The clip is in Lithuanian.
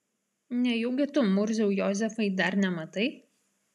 nejaugi tu murziau jozefai dar nematai